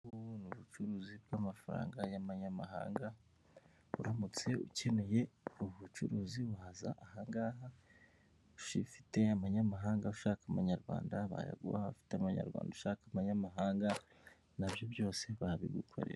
Ubu ngubu ni ubucuruzi bw'amafaranga y'amanyamahanga, uramutse ukeneye ubu bucuruzi, waza aha ngaha ufite amanyamahanga ushaka amanyarwanda bayaguha, ufite amanyarwanda ushaka amanyamahanga na byo byose babigukorera.